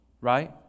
right